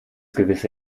gewisse